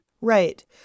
Right